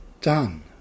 done